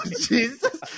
Jesus